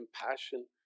compassion